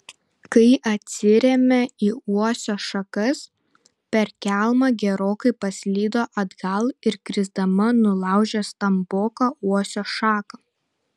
kai atsirėmė į uosio šakas per kelmą gerokai paslydo atgal ir krisdama nulaužė stamboką uosio šaką